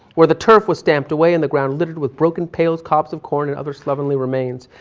where the turf was stamped away and the ground littered with broken pails, cobs of corn and other slovenly remains.